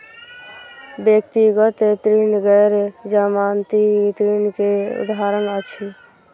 व्यक्तिगत ऋण गैर जमानती ऋण के उदाहरण अछि